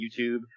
YouTube